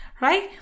right